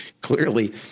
clearly